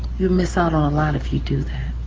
you'll miss out on a lot if you do